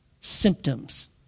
symptoms